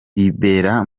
ribera